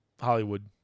Hollywood